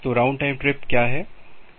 तो round time trip क्या है